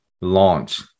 launch